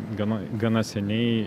gana gana seniai